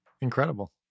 incredible